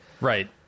Right